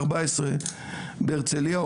14 בהרצליה,